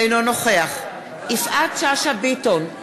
אינו נוכח יפעת שאשא ביטון,